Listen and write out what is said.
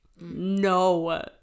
No